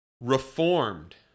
Reformed